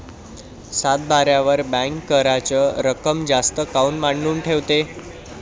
सातबाऱ्यावर बँक कराच रक्कम जास्त काऊन मांडून ठेवते?